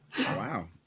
Wow